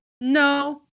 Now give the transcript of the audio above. No